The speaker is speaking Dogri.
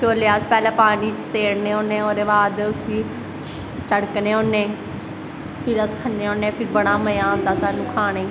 छोले अस पैह्लैं पानियैं च सेड़ने होन्ने फिर ओह्दे बाद तड़कने होन्ने फिर अस खन्ने होन्ने फिर स्हानू बड़ा मज़ा आंदा खानेई